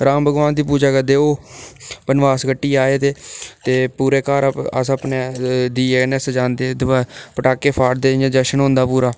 राम भगवान दी पूजा करदे ओह् वनवास कट्टियै आये हे ते पूरा घर अस अपना दीये कन्नै सजांदे ते दी पटाके फाड़दे इ'यां जश्न होंदा पूरा